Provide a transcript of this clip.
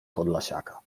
podlasiaka